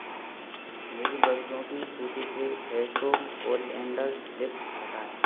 मेरी वस्तुओं की सूची से फ्रेसो कोरिएंडर लिव्स हटाएँ